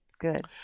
good